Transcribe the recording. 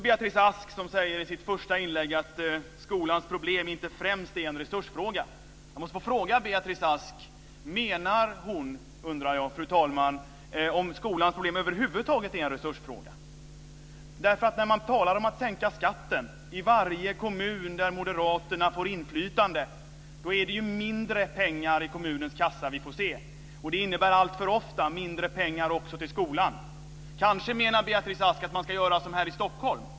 Beatrice Ask säger i sitt första inlägg att skolans problem inte främst är en resursfråga. Fru talman! Jag måste få fråga Beatrice Ask om hon menar att skolans problem över huvud taget är en resursfråga. När man talar om att sänka skatten i varje kommun där moderaterna får inflytande är det mindre pengar i kommunens kassa vi får se. Det innebär alltför ofta mindre pengar också till skolan. Kanske menar Beatrice Ask att man ska göra som här i Stockholm.